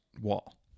wall